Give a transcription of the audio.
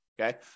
Okay